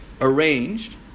arranged